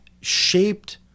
shaped